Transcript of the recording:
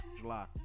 july